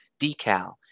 decal